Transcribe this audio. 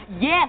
yes